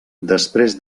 després